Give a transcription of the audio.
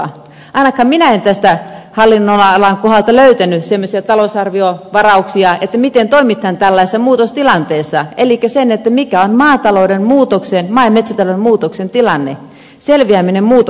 ainakaan minä en tämän hallinnonalan kohdalta löytänyt semmoisia talousarviovarauksia miten toimitaan tällaisissa muutostilanteissa elikkä mikä on maa ja metsätalouden muutoksista selviämisen tilanne